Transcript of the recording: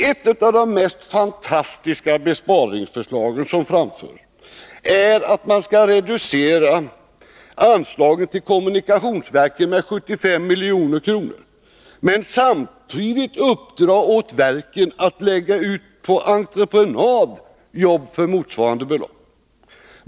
Ett av de mest fantastiska besparingsförslag som framförs från moderaterna är att anslaget till kommunikationsverket skall reduceras med 75 milj.kr., samtidigt som man vill ge verket i uppdrag att lägga ut jobb på entreprenad för motsvarande belopp.